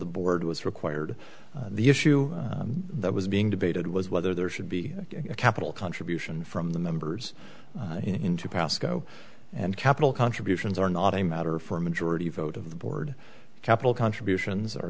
the board was required the issue that was being debated was whether there should be a capital contribution from the members in two pascoe and capital contributions are not a matter for a majority vote of the board capital contributions